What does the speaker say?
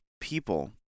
people